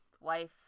wife